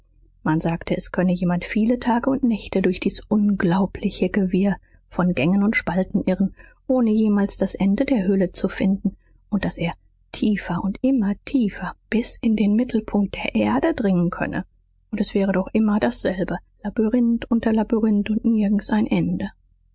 man sagte es könne jemand viele tage und nächte durch dies unglaubliche gewirr von gängen und spalten irren ohne jemals das ende der höhle zu finden und daß er tiefer und immer tiefer bis in den mittelpunkt der erde dringen könne und es wäre doch immer dasselbe labyrinth unter labyrinth und nirgends ein ende